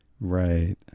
Right